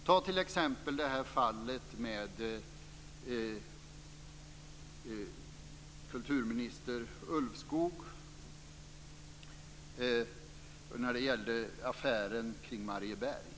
Ta t.ex. fallet med kulturminister Ulvskog och affären kring Marieberg.